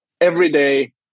everyday